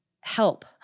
help